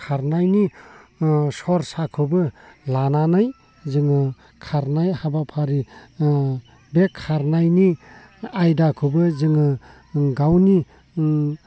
खारनायनि सरसाखोबो लानानै जोङो खारनाय हाबाफारि बे खारनायनि आयदाखोबो जोङो गावनि